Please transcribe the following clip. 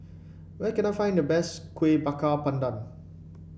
where can I find the best Kueh Bakar Pandan